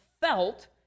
felt